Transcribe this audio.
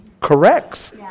corrects